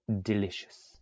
delicious